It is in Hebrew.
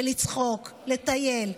לצחוק ולטייל.